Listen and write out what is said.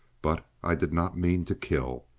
but i did not mean to kill.